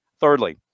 Thirdly